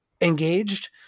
engaged